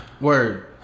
Word